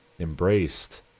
embraced